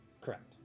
Correct